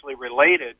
related